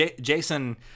Jason